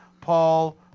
Paul